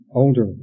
older